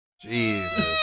Jesus